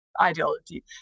ideology